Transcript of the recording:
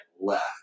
left